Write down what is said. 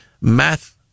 math